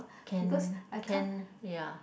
can can ya